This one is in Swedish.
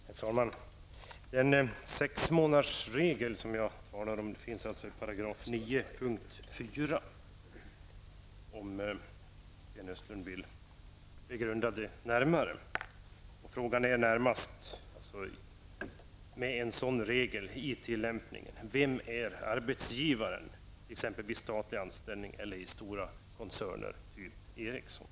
Herr talman! Den sexmånadersregel som jag har talat om finns i 9 §, punkt 4 om Sten Östlund vill begrunda det närmare. Frågan är närmast vem, med en sådan regel i tillämpningen, som är arbetsgivaren vid exempelvis statlig anställning eller i stora koncerner, typ Ericsson.